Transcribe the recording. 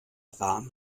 rahn